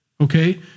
Okay